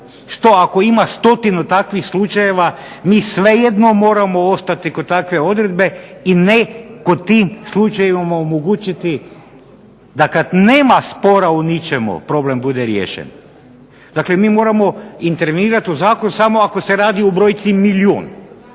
Što ako ima stotinu takvih slučajeva, mi svejedno moramo ostati kod takve odredbe i ne tim slučajevima omogućiti da kada nema spora u ničemu problem bude riješen. Dakle, mi moramo intervenirati u Zakon samo ako se radi o brojci milijun.